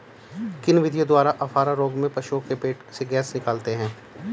किन विधियों द्वारा अफारा रोग में पशुओं के पेट से गैस निकालते हैं?